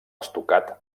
estucat